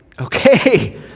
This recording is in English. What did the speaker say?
okay